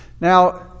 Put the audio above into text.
Now